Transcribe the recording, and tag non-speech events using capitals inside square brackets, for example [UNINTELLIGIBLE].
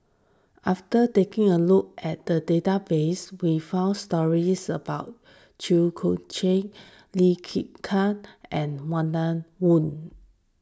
after taking a look at the database we found stories about Chew [UNINTELLIGIBLE] Chiat Lee Kin Kat and Walter Woon